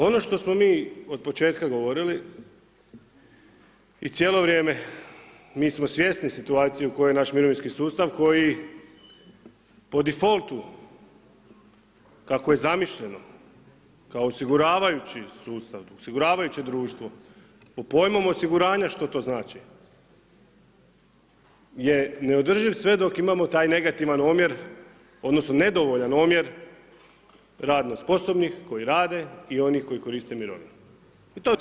Ono što smo mi od početka govorili i cijelo vrijeme, mi smo svjesni situacije u kojoj je naš mirovinski sustav koji po difoltu kako je zamišljeno kao osiguravajući sustav, osiguravajuće društvo pod pojmom osiguranja što to znači je neodrživ sve dok imamo taj negativan omjer, odnosno nedovoljan omjer radno sposobnih koji rade i onih koji koriste mirovinu i to svi znamo.